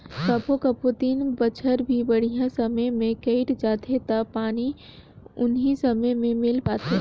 कभों कभों तीन बच्छर भी बड़िहा समय मे कइट जाथें त पानी उनी समे मे मिल पाथे